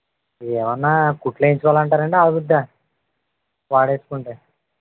ఏమన్నా కుట్లు వేయించుకోవాలి అంటారండి ఆగుతుందా వాడేసుకుంటే